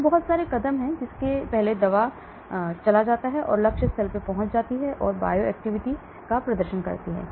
तो बहुत सारे कदम जिसके पहले दवा चला जाता है लक्ष्य स्थल तक पहुंच जाता है और जैव गतिविधि का प्रदर्शन करता है